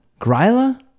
Gryla